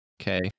Okay